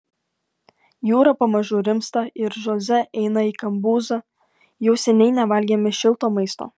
jūra pamažu rimsta ir žoze eina į kambuzą jau seniai nevalgėme šilto maisto